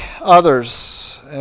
others